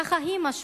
ככה היא משפיעה.